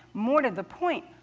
more to the point,